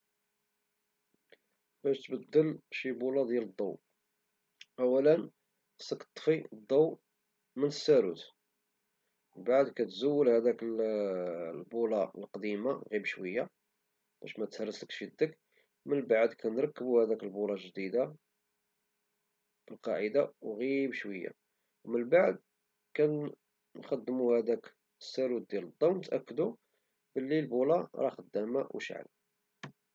باش تبدل شي بولة ديال الضو، أولا خصك طفي الضو من الساروت ومن بعد كتزول هداك البولة القديمة غير بشوية - باش متهرسلك في يدك- من بعد كنركبو هداك البولة الجديدة بالقاعدة وغير بشوية، ومن بعد كنخدمو هداك الساروت د الضو ونتأكدو بلي البولة راه خدامة وشاعلة.